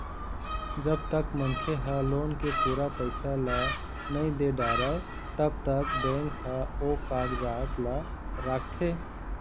जब तक मनखे ह लोन के पूरा पइसा ल नइ दे डारय तब तक बेंक ह ओ कागजात ल राखथे